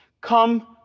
come